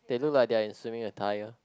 they look like they are in swimming attire